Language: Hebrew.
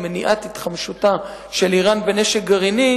או למניעת התחמשותה של אירן בנשק גרעיני